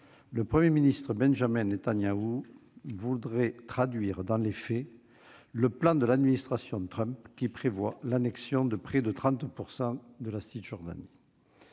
le Premier ministre Benjamin Netanyahou pourrait traduire dans les faits le plan de l'administration Trump qui prévoit l'annexion de près de 30 % de la Cisjordanie.